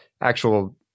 actual